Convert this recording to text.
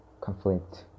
conflict